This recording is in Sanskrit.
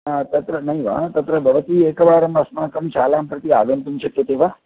हा तत्र नैव तत्र भवती एकवारम् अस्माकं शालां प्रति आगन्तुं शक्यते वा